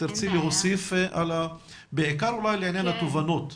תרצי להוסיף, אולי בעיקר לעניין התובנות?